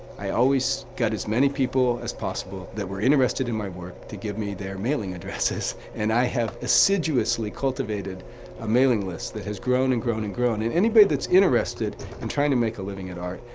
i always got as many people as possible that were interested in my work to give me their mailing addresses, and i have assiduously cultivated a mailing list that has grown and grown and grown, and anybody that's interested in trying to make a living at art,